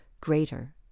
greater